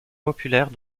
populaire